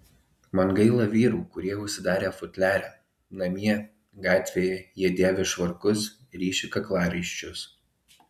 man gaila vyrų kurie užsidarę futliare namie gatvėje jie dėvi švarkus ryši kaklaraiščius